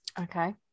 Okay